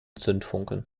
zündfunken